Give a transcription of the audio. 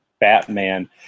Batman